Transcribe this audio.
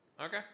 Okay